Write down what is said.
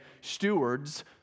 stewards